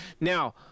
Now